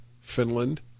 Finland